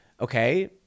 okay